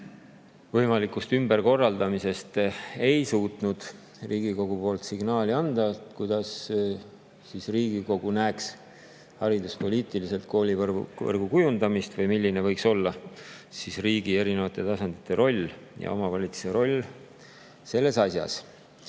võimalikust ümberkorraldamisest, ei suutnud Riigikogu anda signaali, kuidas Riigikogu näeb hariduspoliitiliselt koolivõrgu kujundamist ehk milline võiks olla riigi erinevate tasandite roll ja omavalitsuse roll selles asjas.